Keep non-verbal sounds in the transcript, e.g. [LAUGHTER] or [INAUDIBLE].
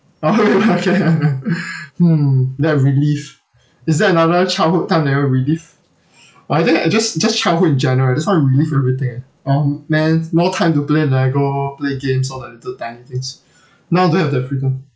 [LAUGHS] oh okay [LAUGHS] hmm that I relive is there another childhood time that you want to relive but I think like just just childhood in general I just want to relive everything oh man more time to play lego play games all that little tiny things now don't have that freedom